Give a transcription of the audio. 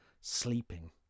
sleeping